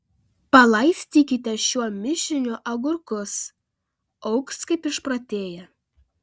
palaistykite šiuo mišiniu agurkus augs kaip išprotėję